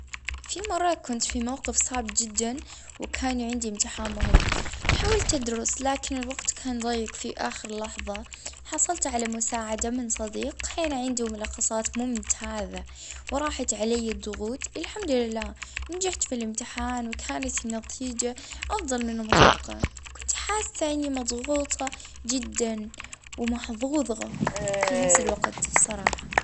اه مرة طاحت مني المحفظة متاعي وفيها كل الأوراج المهمة، اه بعد وجت جصير جا واحد اه لجاها وردهالي حسيت أن الخط وجف معايا وجتها.